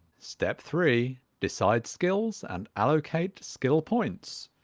step three decide skills and allocate skill points.